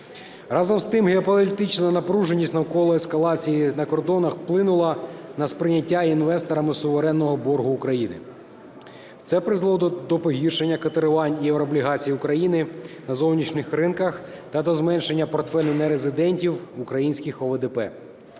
Разом з тим, геополітична напруженість навколо ескалації на кордонах вплинула на сприйняття інвесторами суверенного боргу України. Це призвело до погіршення котирування єврооблігацій України на зовнішніх ринках та до зменшення портфелів нерезидентів українських ОВДП